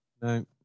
No